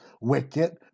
wicked